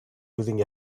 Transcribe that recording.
using